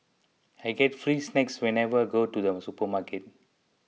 I get free snacks whenever I go to the supermarket